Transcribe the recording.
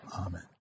Amen